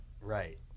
Right